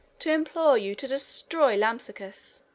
to implore you to destroy lampsacus.